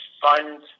fund